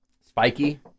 spiky